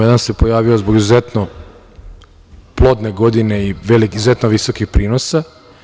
Jedan se pojavio zbog izuzetno plodne godine i izuzetno visokih prinosa.